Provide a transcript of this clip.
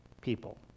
people